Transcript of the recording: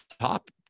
top